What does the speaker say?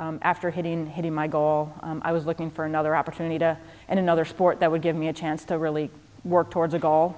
after hitting hitting my goal i was looking for another opportunity to and another sport that would give me a chance to really work towards a goal